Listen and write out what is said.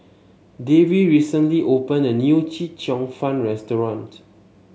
Davie recently opened a new Chee Cheong Fun restaurant